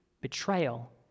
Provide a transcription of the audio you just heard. betrayal